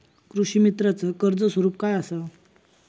कृषीमित्राच कर्ज स्वरूप काय असा?